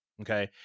okay